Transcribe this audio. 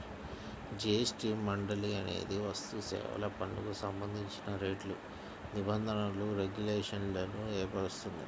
GST మండలి అనేది వస్తుసేవల పన్నుకు సంబంధించిన రేట్లు, నిబంధనలు, రెగ్యులేషన్లను ఏర్పరుస్తుంది